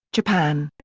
japan.